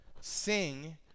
sing